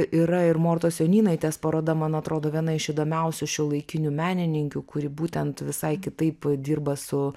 yra ir mortos jonynaitės paroda man atrodo viena iš įdomiausių šiuolaikinių menininkių kuri būtent visai kitaip dirba su